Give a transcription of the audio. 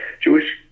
Jewish